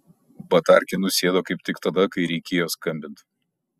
batarkė nusėdo kaip tik tada kai reikėjo skambint